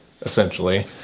essentially